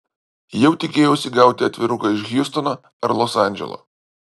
jau tikėjausi gauti atviruką iš hjustono ar los andželo